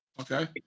Okay